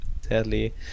Sadly